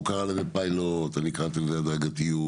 הוא קרא לזה פיילוט אני קראתי לזה הדרגתיות,